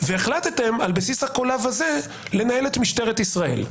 והחלטתם על בסיס הקולב הזה לנהל את משטרת ישראל.